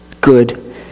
good